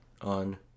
on